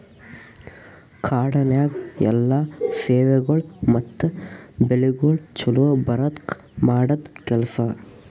ಕಾಡನ್ಯಾಗ ಎಲ್ಲಾ ಸೇವೆಗೊಳ್ ಮತ್ತ ಬೆಳಿಗೊಳ್ ಛಲೋ ಬರದ್ಕ ಮಾಡದ್ ಕೆಲಸ